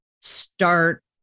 start